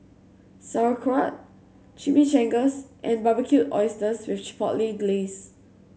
Sauerkraut Chimichangas and Barbecued Oysters with Chipotle Glaze